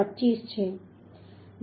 25 છે